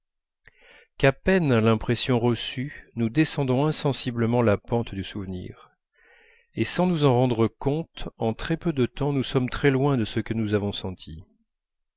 qu'à peine l'impression reçue nous descendons insensiblement la pente du souvenir et sans nous en rendre compte en très peu de temps nous sommes très loin de ce que nous avons senti